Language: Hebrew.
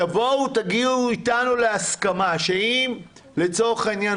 תבואו תגיעו איתנו להסכמה שאם לצורך העניין,